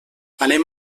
anem